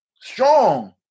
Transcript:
strong